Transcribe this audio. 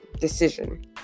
decision